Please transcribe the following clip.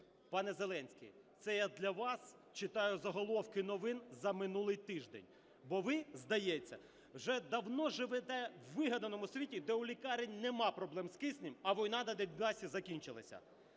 Пане Зеленський, це я для вас читаю заголовки новин за минулий тиждень, бо ви, здається, вже давно живете в у вигаданому світі, де у лікарень немає проблем з киснем, а війна на Донбасі закінчилася.